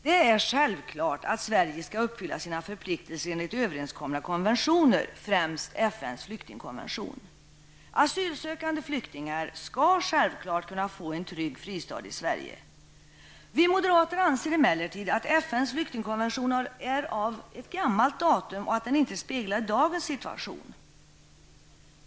Det är självklart att Sverige skall uppfylla sina förpliktelser enligt överenskomna konventioner, främst FN:s flyktingkonvention. Asylsökande flyktingar skall självklart kunna få en trygg fristad i Sverige. Vi moderater anser emellertid att FN:s flyktingkonvention är av gammalt datum och att den inte speglar dagens situation.